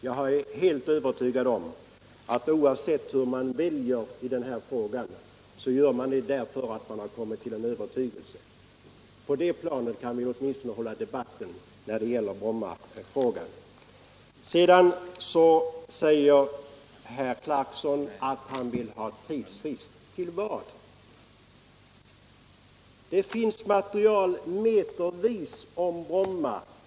Jag är helt förvissad om att oavsett hur man röstar i den här frågan så gör man det därför att man har kommit till en övertygelse. På det sakliga planet borde vi kunna hålla debatten i Brommafrågan. Herr Clarkson vill ha en tidsfrist. Till vad? Det finns metervis med material om Bromma.